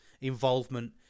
involvement